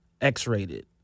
X-Rated